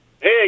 Hey